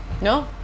No